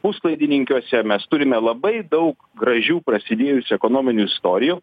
puslaidininkiuose mes turime labai daug gražių prasidėjusių ekonominių istorijų